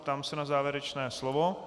Ptám se na závěrečné slovo.